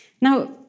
Now